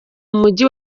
umujyi